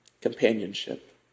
companionship